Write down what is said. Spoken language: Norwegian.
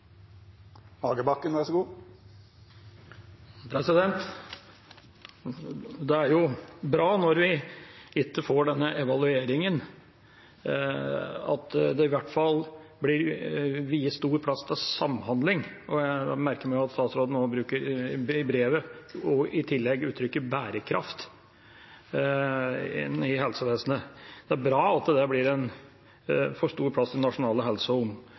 Det er bra, når vi ikke får denne evalueringen, at samhandling i hvert fall blir viet stor plass. Jeg merker meg at statsråden i brevet i tillegg bruker uttrykket «bærekraft» i helsevesenet. Det er bra at det får stor plass i